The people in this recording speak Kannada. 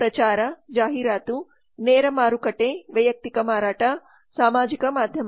ಪ್ರಚಾರ ಜಾಹೀರಾತು ನೇರ ಮಾರುಕಟ್ಟೆ ವೈಯಕ್ತಿಕ ಮಾರಾಟ ಸಾಮಾಜಿಕ ಮಾಧ್ಯಮ